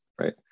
right